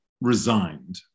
resigned